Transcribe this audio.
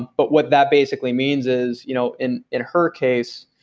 but what that basically means is you know in in her case,